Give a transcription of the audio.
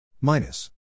minus